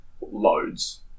loads